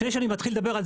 לפני שאני מתחיל לדבר,